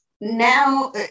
Now